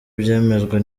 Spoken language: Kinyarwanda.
byemejwe